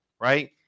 right